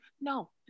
No